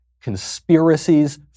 Conspiracies